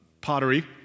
Pottery